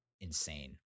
insane